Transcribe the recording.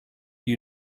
you